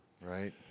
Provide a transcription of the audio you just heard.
Right